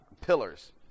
pillars